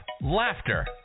Laughter